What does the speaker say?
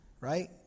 Right